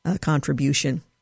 contribution